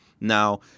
now